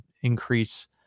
increase